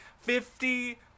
Fifty